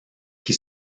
qui